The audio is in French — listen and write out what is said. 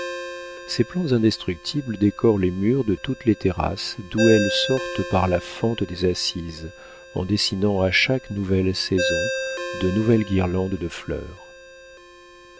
ces plantes indestructibles décorent les murs de toutes les terrasses d'où elles sortent par la fente des assises en dessinant à chaque nouvelle saison de nouvelles guirlandes de fleurs